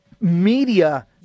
media